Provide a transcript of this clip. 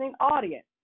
audience